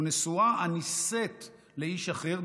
ונשואה הנישאת לאיש אחר,